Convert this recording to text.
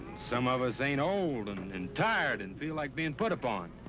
some of us ain't old and and tired and feel like being put upon.